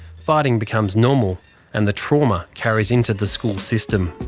fighting becomes normal and the trauma carries into the school system.